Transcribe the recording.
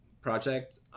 project